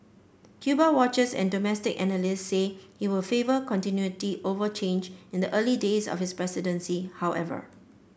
Cuba watchers and domestic analysts say he will favour continuity over change in the early days of his presidency however